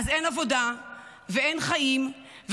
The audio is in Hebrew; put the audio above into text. אז אין עבודה ואין חיים,